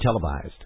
televised